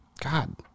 God